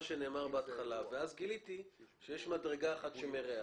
ואז גיליתי שיש מדרגה אחת שמרעה.